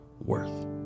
worth